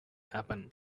happen